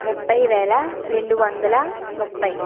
ముప్పై వేల రెండు వందల ముప్పై